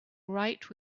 write